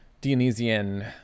Dionysian